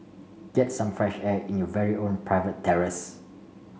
get some fresh air in your very own private terrace